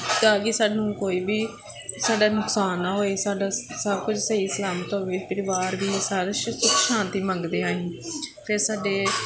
ਤਾਂ ਕਿ ਸਾਨੂੰ ਕੋਈ ਵੀ ਸਾਡਾ ਨੁਕਸਾਨ ਨਾ ਹੋਵੇ ਸਾਡਾ ਸਭ ਕੁਝ ਸਹੀ ਸਲਾਮਤ ਹੋਵੇ ਪਰਿਵਾਰ ਵੀ ਸਾਰੇ ਸੁੱਖ ਸ਼ਾਂਤੀ ਮੰਗਦੇ ਹਾਂ ਅਸੀਂ ਫਿਰ ਸਾਡੇ